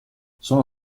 sono